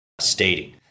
stating